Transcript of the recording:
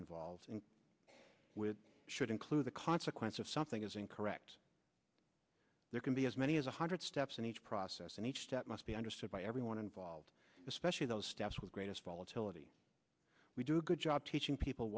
involves and with should include the consequence of something is incorrect there can be as many as one hundred steps in each process and each step must be understood by everyone involved especially those stats with greatest volatility we do a good job teaching people